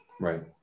Right